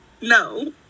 No